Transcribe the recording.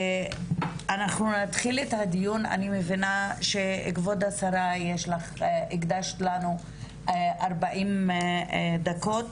אני מבינה שהקדשת לנו 40 דקות כבוד השרה,